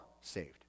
saved